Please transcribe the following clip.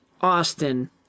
Austin